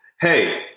Hey